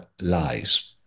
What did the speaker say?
lies